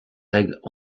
règles